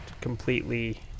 completely